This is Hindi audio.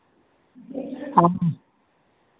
हाँ